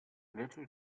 little